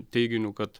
teiginiu kad